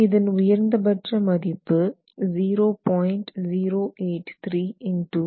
இதன் உயர்ந்தபட்ச மதிப்பு 0